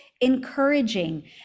encouraging